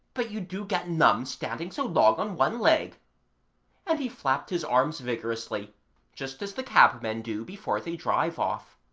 but you do get numb standing so long on one leg and he flapped his arms vigorously just as the cab-men do before they drive off.